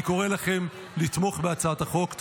אני קורא לכם לתמוך בהצעת החוק.